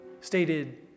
Stated